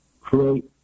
create